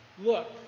look